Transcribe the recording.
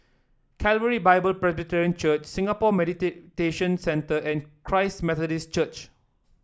Calvary Bible Presbyterian Church Singapore Centre and Christ Methodist Church